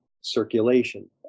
circulation